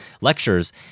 lectures